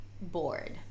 bored